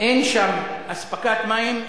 אין שם אספקת מים,